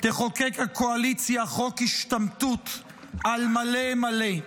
תחוקק הקואליציה חוק השתמטות על מלא מלא.